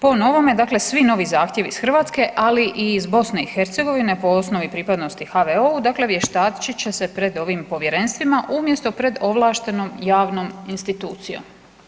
Po novome dakle svi novi zahtjevi iz Hrvatske, ali i iz Bosne i Hercegovine po osnovi pripadnosti HVO-u dakle vještačit će se pred ovim povjerenstvima umjesto pred ovlaštenom javnom institucijom.